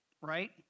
right